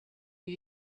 you